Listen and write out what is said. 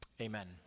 amen